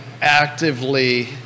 actively